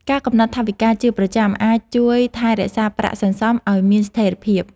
ការកំណត់ថវិកាជាប្រចាំអាចជួយថែរក្សាប្រាក់សន្សុំឲ្យមានស្ថេរភាព។